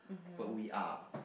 but we are